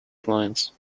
clients